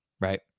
right